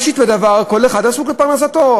בראשית הדבר, כל אחד עסוק לפרנסתו.